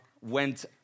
went